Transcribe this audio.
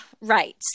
right